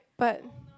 but